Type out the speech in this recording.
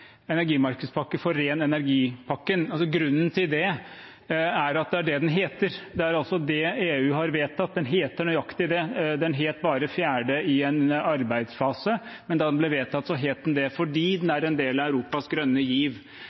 energimarkedspakke for ren energi-pakken. Grunnen til det er at det er det den heter. Det er det EU har vedtatt. Den heter nøyaktig det. Den het bare «fjerde» i en arbeidsfase, men da den ble vedtatt, het den det fordi den er en del av Europas grønne giv,